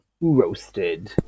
roasted